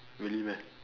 really meh